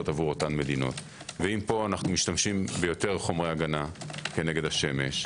עבור אותן מדינות ואם פה אנו משתמשים ביותר חומרי הגנה כנגד השמש,